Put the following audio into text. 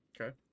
Okay